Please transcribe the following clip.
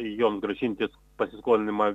joms grąžinti pasiskolinima